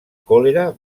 còlera